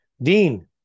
Dean